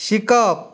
शिकप